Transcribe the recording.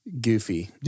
goofy